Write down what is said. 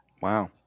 Wow